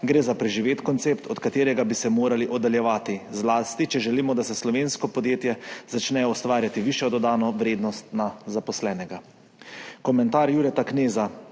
gre za preživet koncept, od katerega bi se morali oddaljevati, zlasti če želimo, da slovenska podjetja začnejo ustvarjati višjo dodano vrednost na zaposlenega.